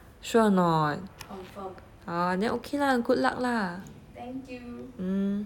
sure or not ah then okay lah good luck ah mm